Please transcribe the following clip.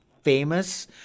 famous